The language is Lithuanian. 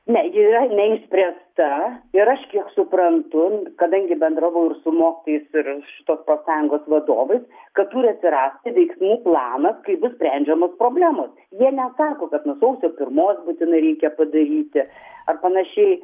ne ji yra neišspręsta ir aš kiek suprantu kadangi bendravau su mokytojais ir šitos profsąjungos vadovais kad turi atsirasti veiksmų planas kaip bus sprendžiamos problemos jie nesako kad nuo sausio pirmos būtinai reikia padaryti ar panašiai